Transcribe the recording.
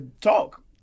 talk